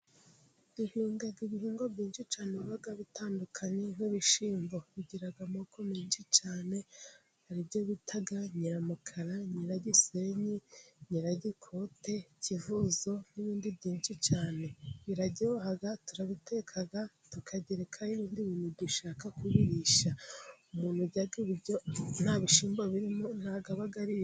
Duhinga ibihingwa byinshi cyane biba bitandukanye. Nk'ibishyimbo bigira amoko menshi cyane. Hari ibyo bita nyiramukara, nyiragisenyi, nyiragikote, kivuzo n'ibindi byinshi cyane. biraryoha turabiteka, tukagerekaho ibindi bintu dushaka kubirisha. Umuntu urya ibiryo nta bishyimbo birimo, nta bwo aba ariye.